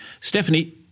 Stephanie